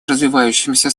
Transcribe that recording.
развивающимися